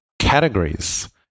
categories